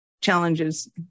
challenges